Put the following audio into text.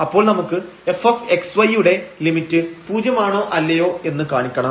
അപ്പോൾ നമുക്ക് fx y യുടെ ലിമിറ്റ് 0 ആണോ അല്ലയോ എന്ന് കാണിക്കണം